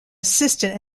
assistant